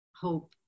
hope